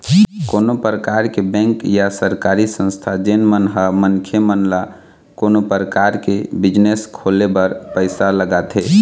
कोनो परकार के बेंक या सरकारी संस्था जेन मन ह मनखे मन ल कोनो परकार के बिजनेस खोले बर पइसा लगाथे